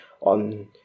on